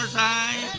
um sai